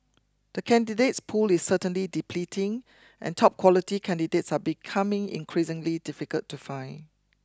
the candidates pool is certainly depleting and top quality candidates are becoming increasingly difficult to find